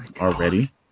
already